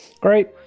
Great